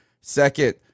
Second